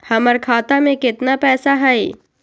हमर खाता में केतना पैसा हई?